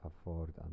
afford